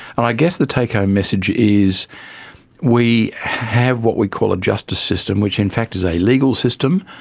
and i guess the take-home message is we have what we call a justice system which in fact is a legal system.